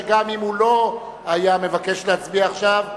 שגם אם הוא לא היה מבקש להצביע עכשיו,